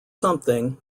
something